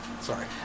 Sorry